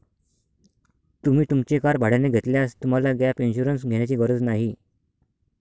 तुम्ही तुमची कार भाड्याने घेतल्यास तुम्हाला गॅप इन्शुरन्स घेण्याची गरज नाही